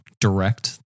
direct